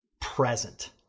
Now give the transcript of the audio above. present